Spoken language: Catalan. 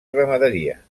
ramaderia